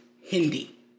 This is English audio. Hindi